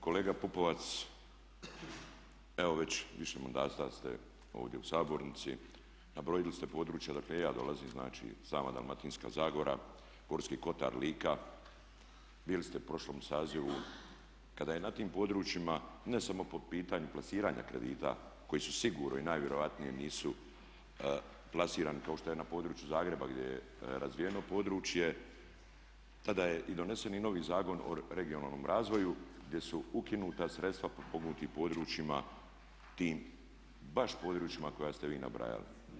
Kolega Pupovac, evo već više mandata ste ovdje u sabornici, nabrojili ste područja odakle i ja dolazim, znači sama Dalmatinska zagora, Gorski kotar, Lika, bili ste u prošlom sazivu kada je na tim područjima ne samo po pitanju plasiranja kredita koji su sigurno i najvjerojatnije nisu plasirani kao što je području Zagrebu gdje je razvijeno područje, tada je donesen i novi Zakon o regionalnom razvoju gdje su ukinuta sredstva potpomognutim područjima tim baš područjima koja ste vi nabrojali.